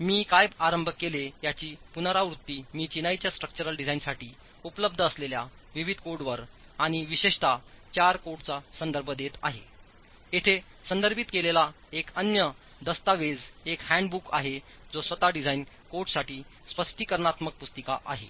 मी काय आरंभ केले याची पुनरावृत्ती मी चिनाईच्या स्ट्रक्चरल डिझाइनसाठी उपलब्ध असलेल्या विविध कोडवर आणिविशेषतः चार कोडचासंदर्भदेत आहेयेथे संदर्भित केलेला एक अन्य दस्तऐवज एक हँडबुक आहे जो स्वतः डिझाइन कोडसाठी स्पष्टीकरणात्मक पुस्तिका आहे